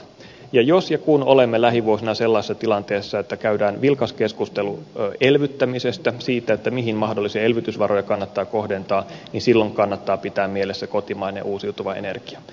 ja jos ja kun olemme lähivuosina sellaisessa tilanteessa että käydään vilkas keskustelu elvyttämisestä siitä mihin mahdollisia elvytysvaroja kannattaa kohdentaa niin silloin kannattaa pitää mielessä kotimainen uusiutuva energia